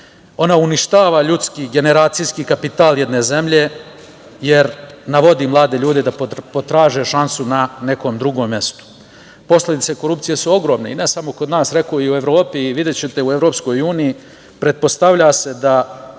Ona uništava ljudski, generacijski kapital jedne zemlje, jer navodi mlade ljude da potraže šansu na nekom drugom mestu. Posledice korupcije su ogromne i ne samo kod nas, nego i u Evropi. Videćete, u EU se pretpostavlja da